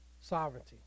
sovereignty